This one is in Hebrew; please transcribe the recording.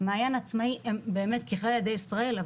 מעיין ועצמאי הם ככלל ילדי ישראל,